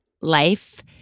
life